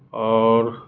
اور